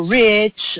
rich